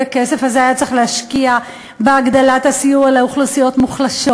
את הכסף הזה היה צריך להשקיע בהגדלת הסיוע לאוכלוסיות מוחלשות,